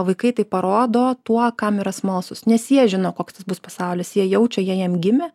vaikai tai parodo tuo kam yra smalsūs nes jie žino koks tas bus pasaulis jie jaučia jie jam gimė